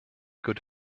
good